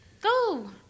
Go